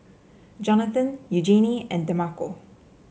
Jonathan Eugenie and Demarco